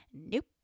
nope